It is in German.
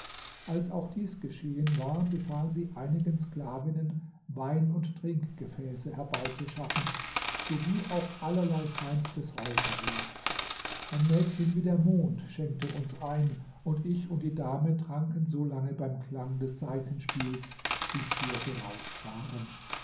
als auch dies geschehen war befahl sie einigen sklavinnen wein und trinkgefäße herbeizuschaffen sowie auch allerlei feines räucherwerk ein mädchen wie der mond schenkte uns ein und ich und die dame tranken so lange beim klang des saitenspiels bis wir berauscht waren